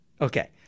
Okay